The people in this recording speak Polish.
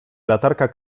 latarka